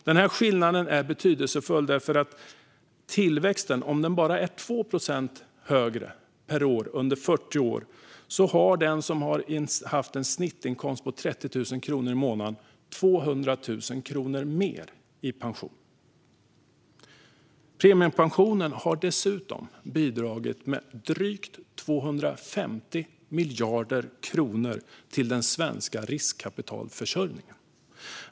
Den här skillnaden är betydelsefull, för om tillväxten är bara 2 procent högre under 40 år innebär det att den som har haft en snittinkomst på 30 000 kronor i månaden får 200 000 kronor mer i pension. Premiepensionen har dessutom bidragit med drygt 250 miljarder kronor till den svenska riskkapitalförsörjningen.